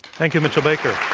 thank you, mitchell baker.